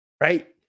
right